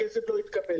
הכסף לא התקבל.